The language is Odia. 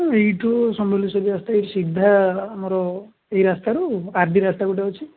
ହଁ ଏଇଠୁ ସମଲେଶ୍ୱରୀ ରାସ୍ତା ଏଇ ସିଧା ଆମର ଏଇ ରାସ୍ତାରୁ ଆର୍ ଡ଼ି ରାସ୍ତା ଗୋଟେ ଅଛି